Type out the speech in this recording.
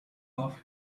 off